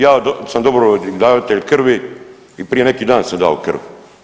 Ja sam dobrovoljni davatelj krvi i prije neki dan sam dao krv.